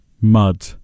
mud